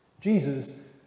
Jesus